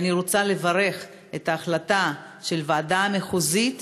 ואני רוצה לברך על ההחלטה של הוועדה המחוזית,